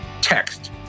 text